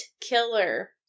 Killer